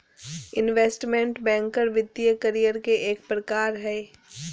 investment banker वित्तीय career के एक प्रकार हय